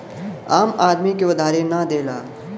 आम आदमी के उधारी ना देला